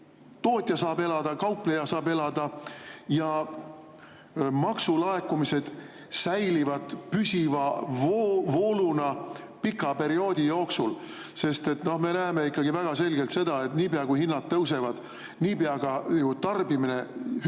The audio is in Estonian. tootja saab elada, kaupleja saab elada ja maksulaekumised säilivad püsiva vooluna pika perioodi jooksul. Me näeme ikkagi väga selgelt seda, et niipea kui hinnad tõusevad, kahaneb